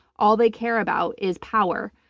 all they care about is power.